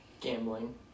Gambling